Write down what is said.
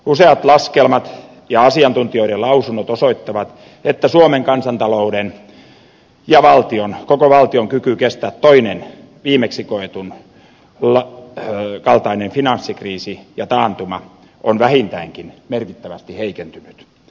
useat laskelmat ja asiantuntijoiden lausunnot osoittavat että suomen kansantalouden ja koko valtion kyky kestää toinen viimeksi koetun kaltainen finanssikriisi ja taantuma on vähintäänkin merkittävästi heikentynyt